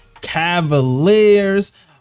Cavaliers